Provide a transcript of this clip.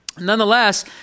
Nonetheless